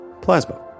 plasma